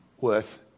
worth